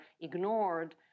ignored